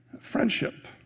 friendship